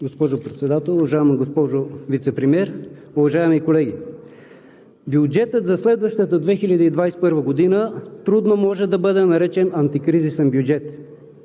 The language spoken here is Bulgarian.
Госпожо Председател, уважаема госпожо Вицепремиер, уважаеми колеги! Бюджетът за следващата 2021 г. трудно може да бъде наречен антикризисен бюджет,